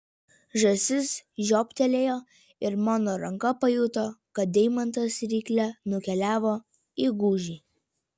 žąsis žioptelėjo ir mano ranka pajuto kad deimantas rykle nukeliavo į gūžį